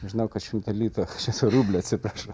žinau kad šimtą litų rublių atsiprašau